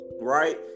right